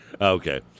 Okay